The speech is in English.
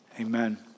Amen